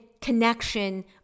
connection